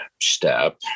step